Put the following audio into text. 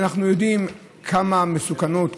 אנחנו יודעים כמה מסוכנות,